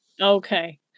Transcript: Okay